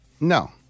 No